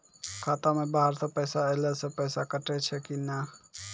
खाता मे बाहर से पैसा ऐलो से पैसा कटै छै कि नै?